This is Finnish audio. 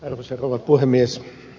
arvoisa rouva puhemies